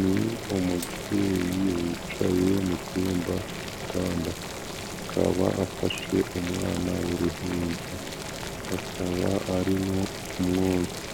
Ni umubyeyi wicaye mu cyumba ku gitanda. Akaba afashe umwana w'uruhinja. Akaba arimo kumwonsa.